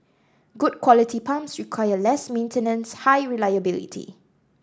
good quality pumps require less maintenance high reliability